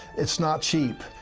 it's not cheap.